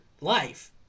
life